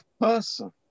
person